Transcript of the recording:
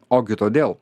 ogi todėl